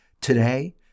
Today